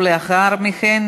ולאחר מכן,